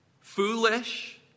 foolish